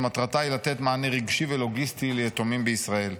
שמטרתה היא לתת מענה רגשי ולוגיסטי ליתומים בישראל.